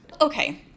Okay